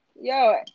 yo